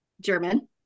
German